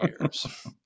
years